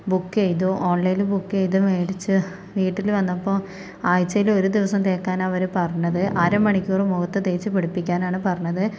book ചെയ്തു ഓൺലൈനില് book ചെയ്തു മേടിച്ച് വീട്ടില് വന്നപ്പോൾ ആഴ്ചയില് ഒരു ദിവസം തേക്കാനാണ് അവര് പറഞ്ഞത് അര മണിക്കൂർ മുഖത്തു തേച്ചു പിടിപ്പിക്കാനാണ് പറഞ്ഞത്